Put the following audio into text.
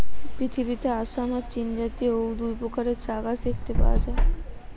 পৃথিবীতে আসাম আর চীনজাতীয় অউ দুই প্রকারের চা গাছ দেখতে পাওয়া যায়